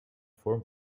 vorm